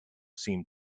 seemed